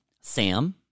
sam